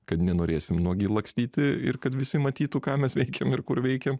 kad nenorėsim nuogi lakstyti ir kad visi matytų ką mes veikėm ir kur veikėm